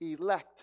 elect